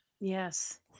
yes